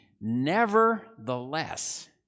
Nevertheless